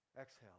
Exhale